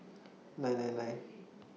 nine nine nine